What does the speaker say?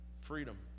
freedom